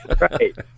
Right